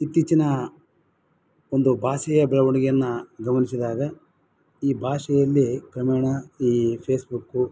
ಇತ್ತೀಚಿನ ಒಂದು ಭಾಷೆಯ ಬೆಳವಣಿಗೆಯನ್ನು ಗಮನಿಸಿದಾಗ ಈ ಭಾಷೆಯಲ್ಲಿ ಕ್ರಮೇಣ ಈ ಫೇಸ್ಬುಕ್ಕು